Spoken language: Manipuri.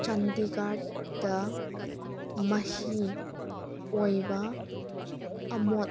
ꯆꯥꯟꯗꯤꯒꯔꯗ ꯃꯍꯤ ꯑꯣꯏꯕ ꯑꯃꯣꯠ